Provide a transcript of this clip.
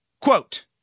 quote